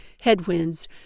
headwinds